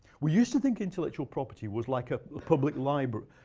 we used to think intellectual property was like a public library.